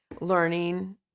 learning